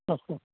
ആ ഹാ